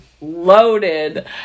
loaded